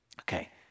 Okay